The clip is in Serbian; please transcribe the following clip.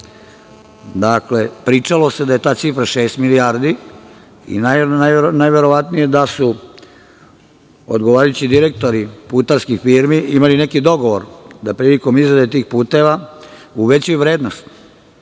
Dakle, pričalo se da je ta cifra šest milijardi i najverovatnije da su odgovarajući direktori putarskih firmi imali neki dogovor da prilikom izrade tih puteva uvećaju vrednost,